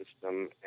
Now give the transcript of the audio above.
system